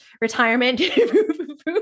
retirement